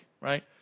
right